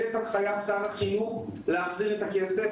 את הנחיית שר החינוך להחזיר את הכסף,